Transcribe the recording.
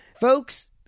Folks